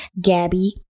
Gabby